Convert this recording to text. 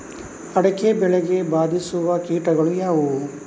ಅಡಿಕೆ ಬೆಳೆಗೆ ಬಾಧಿಸುವ ಕೀಟಗಳು ಯಾವುವು?